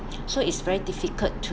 so it's very difficult to